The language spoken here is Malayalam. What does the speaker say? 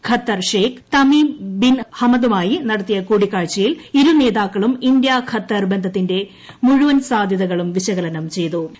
ഖത്തർ ഷെയ്ഖ് തമീം ബിൻ ഹമദുമായി നടത്തിയ കൂടിക്കാഴ്ചയിൽ ഇരുനേതാക്കളും ഇന്ത്യ ഖത്തർ ബന്ധത്തിന്റെ മുഴുവൻ സാധ്യതകളും വിശകലനം ചെയ്ത്രു